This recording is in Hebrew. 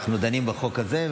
אנחנו דנים בחוק הזה,